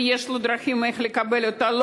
ויש לו דרכים לקבל אותה,